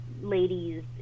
ladies